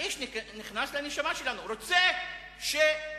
האיש נכנס לנשמה שלנו, הוא רוצה שנוציא